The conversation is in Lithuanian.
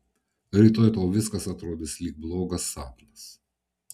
rytoj tau viskas atrodys lyg blogas sapnas